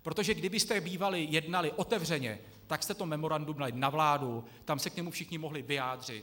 Protože kdybyste bývali jednali otevřeně, tak jste to memorandum dali na vládu, tam se k němu všichni mohli vyjádřit.